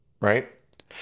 right